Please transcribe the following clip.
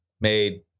made